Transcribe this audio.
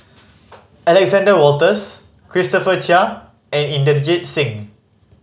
Alexander Wolters Christopher Chia and Inderjit Singh